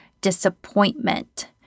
disappointment